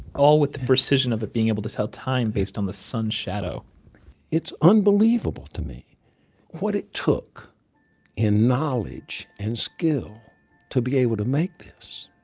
all with the precision of it being able to tell time based on the sun's shadow it's unbelievable to me what it took in knowledge and skill to be able to make this.